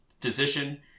physician